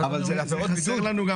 אבל זה לעבירות בידוד.